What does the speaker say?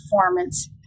performance